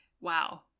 wow